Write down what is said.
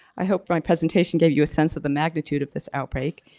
i hope my presentation gave you a sense of the magnitude of this outbreak.